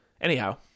Anyhow